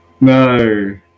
No